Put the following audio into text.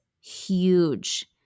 huge